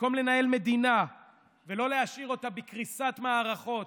במקום לנהל מדינה ולא להשאיר אותה בקריסת מערכות,